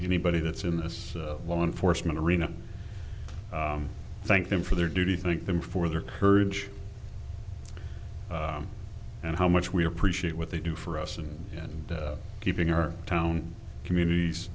anybody that's in this law enforcement arena thank them for their duty think them for their courage and how much we appreciate what they do for us and keeping our town communities